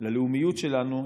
ללאומיות שלנו,